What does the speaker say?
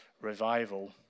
revival